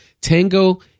tango